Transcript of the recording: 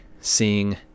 seeing